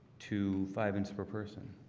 to five inches per person.